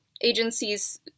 Agencies